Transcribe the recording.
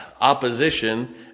opposition